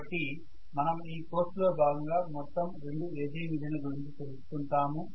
కాబట్టి మనం ఈ కోర్స్ లో భాగంగా మొత్తం రెండు AC మెషిన్ల గురించి తెలుసుకుంటాము